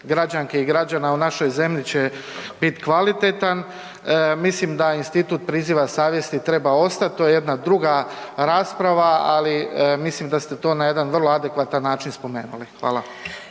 građanki i građana u našoj zemlji će bit kvalitetan, mislim da institut priziva savjesti treba ostati, to je jedna druga rasprava ali mislim da ste to na jedan vrlo adekvatan način spomenuli. Hvala.